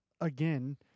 again